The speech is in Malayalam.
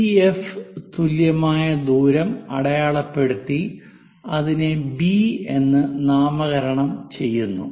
വിഎഫ് തുല്യമായ ദൂരം അടയാളപ്പെടുത്തി അതിനെ ബി എന്ന് നാമകരണം ചെയ്യുന്നു